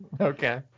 Okay